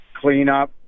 cleanup